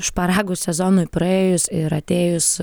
šparagų sezonui praėjus ir atėjus